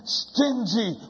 stingy